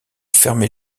fermé